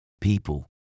people